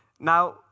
Now